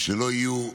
ושלא יהיו,